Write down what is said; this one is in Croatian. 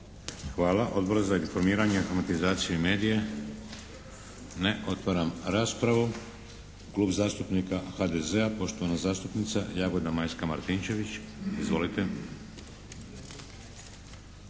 Hvala. Odbor za informiranje, informatizaciju i medije? Ne. Otvaram raspravu. Klub zastupnika HDZ-a, poštovana zastupnica Jagoda Majska Martinčević, izvolite.